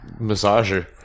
Massager